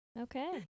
Okay